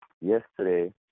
Yesterday